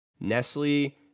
Nestle